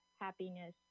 happiness